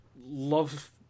love